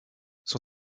son